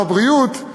בבריאות,